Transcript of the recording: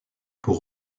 pour